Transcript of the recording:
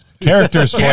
Characters